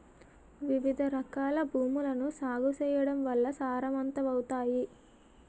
వివిధరకాల భూములను సాగు చేయడం వల్ల సారవంతమవుతాయి